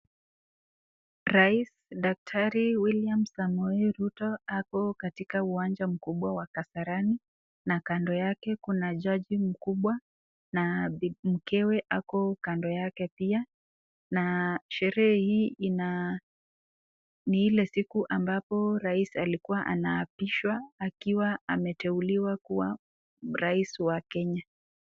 Rais daktari William Samoei Ruto ako katika uwanja mkubwa wa Kasarani na kando yake kuna jaji mkubwa na mkewe ako kando yake pia na sherehe hii ni ile siku ambapo rais alikuwa anaapishwa akiwa ameteuliwa kuwa rais wa Kenya.